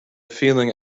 feeling